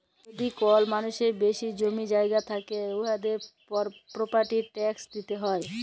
যদি কল মালুসের বেশি জমি জায়গা থ্যাকে উয়াদেরকে পরপার্টি ট্যাকস দিতে হ্যয়